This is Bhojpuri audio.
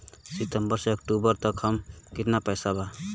सितंबर से अक्टूबर तक हमार कितना पैसा बा?